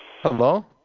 Hello